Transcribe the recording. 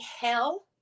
Hell